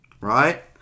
Right